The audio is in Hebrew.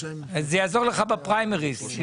זה יעזור לך בפריימריז.